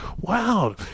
wow